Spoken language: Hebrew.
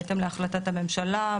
בהתאם להחלטת הממשלה,